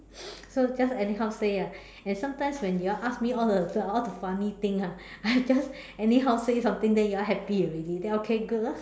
so just anyhow say [ah]and sometimes when you all ask me all the sale all the funny thing ah I just anyhow say something then you all happy already then okay good lor